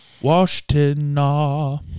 Washington